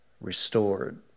restored